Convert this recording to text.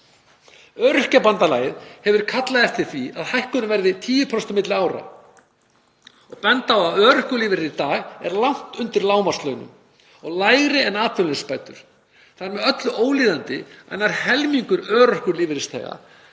Öryrkjabandalagið hefur kallað eftir því að hækkunin verði 10% milli ára og bendir á að örorkulífeyrir er nú langt undir lágmarkslaunum og lægri en atvinnuleysisbætur. Það er með öllu ólíðandi að nær helmingur örorkulífeyrisþega